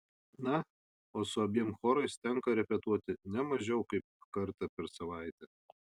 na o su abiem chorais tenka repetuoti ne mažiau kaip kartą per savaitę